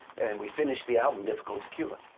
and we finished the album difficult to cure,